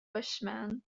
bushman